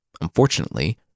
Unfortunately